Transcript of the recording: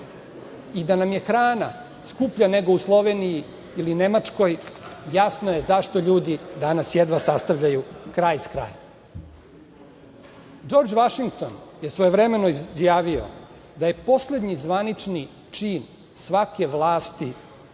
i da nam je hrana skuplja nego u Sloveniji ili Nemačkoj, jasno je zašto ljudi danas jedva sastavljaju kraj sa krajem. Džordž Vašington je svojevremeno izjavio da je poslednji zvanični čin svake vlasti